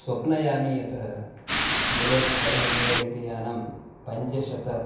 स्वप्नयामि यत् bullet five hundred इति यानं पञ्चशत